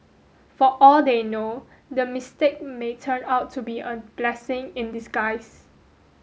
for all they know the mistake may turn out to be a blessing in disguise